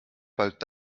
bald